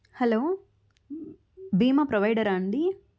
hello బీమా ప్రొవైడరా అండి